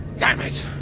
dammit!